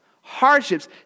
hardships